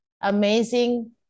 amazing